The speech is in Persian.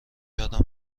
یادم